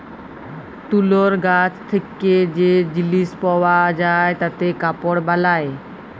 তুলর গাছ থেক্যে যে জিলিস পাওয়া যায় তাতে কাপড় বালায়